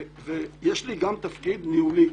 יש לי גם תפקיד ניהולי,